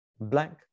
Blank